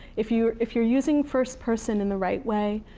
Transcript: if you're if you're using first person in the right way,